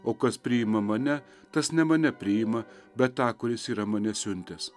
o kas priima mane tas ne mane priima bet tą kuris yra mane siuntęs